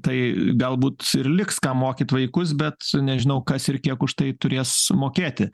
tai galbūt ir liks ką mokyt vaikus bet nežinau kas ir kiek už tai turės sumokėti